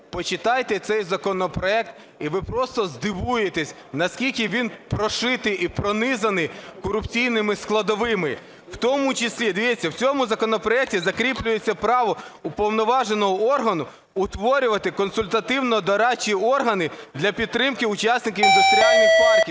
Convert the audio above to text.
почитайте цей законопроект і ви просто здивуєтесь, наскільки він прошитий і пронизаний корупційними складовими. В тому числі, дивіться, в цьому законопроекті закріплюється право уповноваженого органу утворювати консультативно-дорадчі органи для підтримки учасників індустріальних парків.